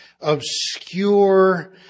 obscure